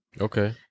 Okay